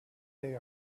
they